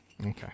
Okay